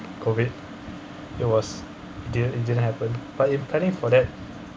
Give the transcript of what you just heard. COVID it was it didn't it didn't happen but in planning for that